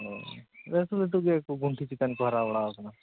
ᱚ ᱵᱮᱥ ᱞᱟᱹᱴᱩ ᱜᱮᱭᱟ ᱠᱚ ᱜᱩᱱᱴᱷᱤ ᱪᱮᱛᱟᱱ ᱠᱚ ᱦᱟᱨᱟ ᱵᱟᱲᱟᱣ ᱠᱟᱱᱟ